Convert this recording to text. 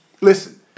Listen